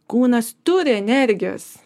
kūnas turi energijos